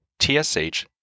TSH